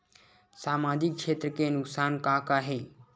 सामाजिक क्षेत्र के नुकसान का का हे?